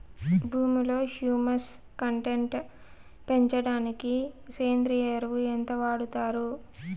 భూమిలో humus content పెంచడానికి సేంద్రియ ఎరువు ఎంత వాడుతారు